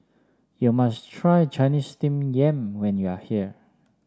you must try Chinese Steamed Yam when you are here